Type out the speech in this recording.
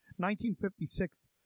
1956